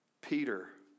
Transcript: Peter